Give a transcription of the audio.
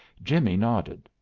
jimmie nodded.